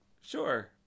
Sure